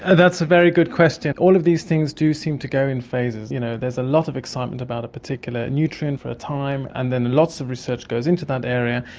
and that's a very good question. all of these things do seem to go in phases. you know, there's a lot of excitement about a particular nutrient for a time, and then lots of research goes into that area,